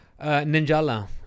ninjala